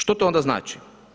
Što to onda znači?